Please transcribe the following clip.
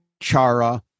Chara